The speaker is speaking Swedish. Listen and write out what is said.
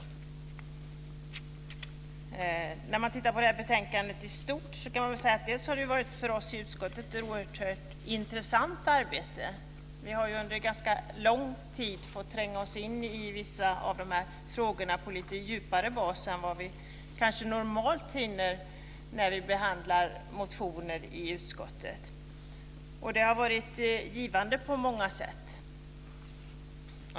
När man tittar på det här betänkandet i stort kan man säga att det för oss i utskottet har varit ett oerhört intressant arbete. Vi har under ganska lång tid fått tränga in i vissa av dessa frågor på en lite djupare bas än vad vi normalt hinner när vi behandlar motioner i utskottet. Det har varit givande på många sätt.